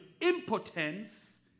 impotence